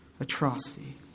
atrocity